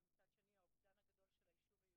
כולל נושא התגמולים.